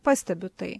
pastebiu tai